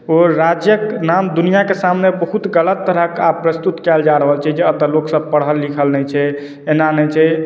ओ राज्यक नाम दुनिआँके सामने बहुत गलत तरहके आब प्रस्तुत कयल जा रहल छै जे एतय लोक पढ़ल लिखल नहि छै एना नहि छै